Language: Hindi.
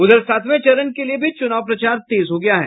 उधर सातवें चरण के लिए भी चुनाव प्रचार तेज हो गया है